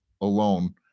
alone